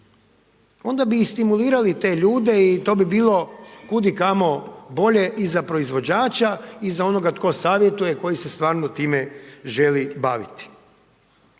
Onda bi i stimulirali te ljude i to bi bilo kudikamo bolje i za proizvođača i za onoga tko savjetuje, koji se stvarno time želi baviti.